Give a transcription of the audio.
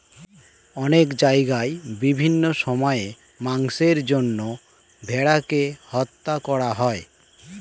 অনেক জায়গায় বিভিন্ন সময়ে মাংসের জন্য ভেড়াকে হত্যা করা হয়